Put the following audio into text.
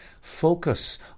Focus